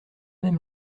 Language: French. même